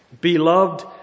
Beloved